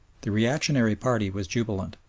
the reactionary party was jubilant.